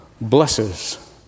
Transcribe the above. blesses